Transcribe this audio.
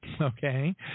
okay